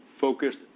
focused